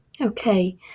Okay